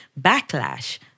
backlash